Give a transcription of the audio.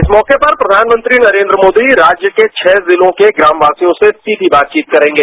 इस मौके पर प्रधानमंत्री नरेन्द्र मोदी राज्य के छः जिलों के ग्रामवासियों से सीधी बातचीत करेंगे